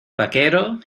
vaquero